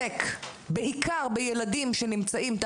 היא מנתה אלפיים שבע מאות שישים ושישה